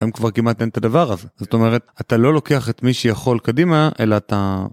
כבר כמעט אין את הדבר הזה זאת אומרת אתה לא לוקח את מי שיכול קדימה אלא אתה...